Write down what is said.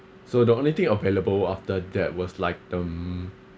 so the only thing available after that was like um